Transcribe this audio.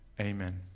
Amen